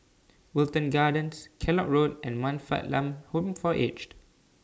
Wilton Gardens Kellock Road and Man Fatt Lam Home For Aged